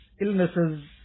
illnesses